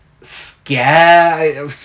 scare